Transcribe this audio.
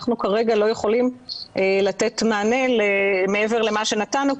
אנחנו כרגע לא יכולים לתת מענה מעבר למה שנתנו,